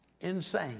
insane